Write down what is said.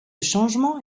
changement